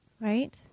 right